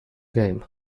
game